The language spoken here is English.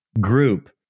group